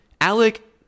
Alec